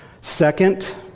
Second